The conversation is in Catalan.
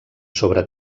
sobre